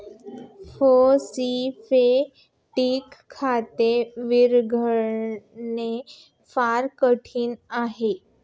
phosphatic खत विरघळणे फार कठीण आहे